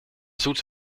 zoet